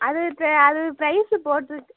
அது அது ப்ரைஸ்ஸு போட்டுருக்கு